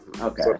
Okay